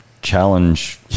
challenge